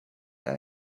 eine